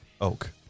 oak